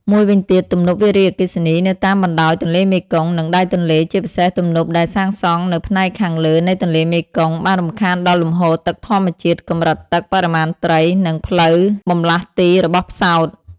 មួយវិញទៀត ទំនប់វារីអគ្គិសនីនៅតាមបណ្តោយទន្លេមេគង្គ និងដៃទន្លេ ជាពិសេសទំនប់ដែលសាងសង់នៅផ្នែកខាងលើនៃទន្លេមេគង្គ បានរំខានដល់លំហូរទឹកធម្មជាតិ កម្រិតទឹក បរិមាណត្រី និងផ្លូវបម្លាស់ទីរបស់ផ្សោត។